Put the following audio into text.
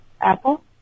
Apple